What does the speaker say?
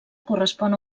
correspon